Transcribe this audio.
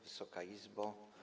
Wysoka Izbo!